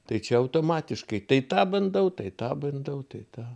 tai čia automatiškai tai tą bandau tai tą bandau tai tą